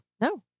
No